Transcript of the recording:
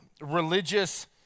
religious